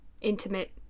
intimate